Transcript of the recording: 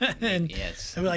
Yes